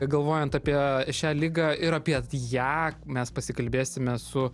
galvojant apie šią ligą ir apie ją mes pasikalbėsime su